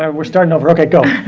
um we're starting over, okay go.